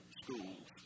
schools